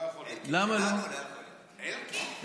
אלקין?